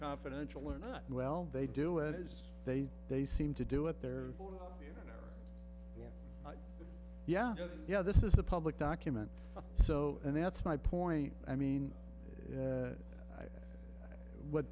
confidential or not well they do it is they they seem to do it there yeah yeah yeah this is a public document so and that's my point i mean